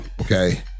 okay